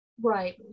Right